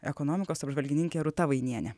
ekonomikos apžvalgininkė rūta vainienė